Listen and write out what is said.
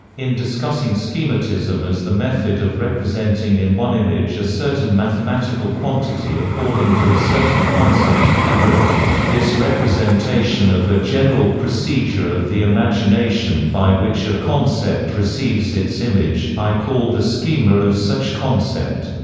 in discussing schematism as the method of representing in one image a certain mathematical quantity according to a certain concept, he wrote this representation of a general procedure of the imagination by which a concept receives its image, i call the schema of such concept.